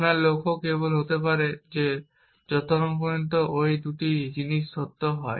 আপনার লক্ষ্য কেবল হতে পারে যে যতক্ষণ পর্যন্ত ঐ 2টি জিনিস সত্য হয়